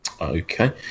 Okay